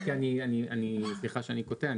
לא, סליחה שאני קוטע.